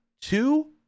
two